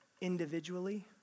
individually